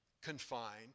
confined